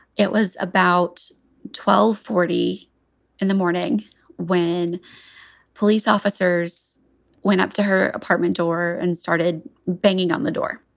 it was about twelve, forty in the morning when police officers went up to her apartment door and started banging on the door.